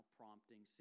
prompting